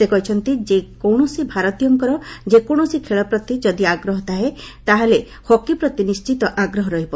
ସେ କହିଛନ୍ତି ଯେକୌଣସି ଭାରତୀୟଙ୍କର ଯେକୌଣସି ଖେଳ ପ୍ରତି ଯଦି ଆଗ୍ରହ ଥାଏ ତାହାହେଲେ ହକି ପ୍ରତି ନିଣ୍ଚିତ ଆଗ୍ରହ ରହିବ